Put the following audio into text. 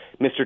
Mr